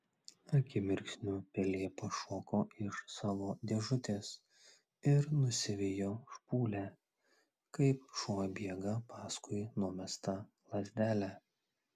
akimirksniu pelė pašoko iš savo dėžutės ir nusivijo špūlę kaip šuo bėga paskui numestą lazdelę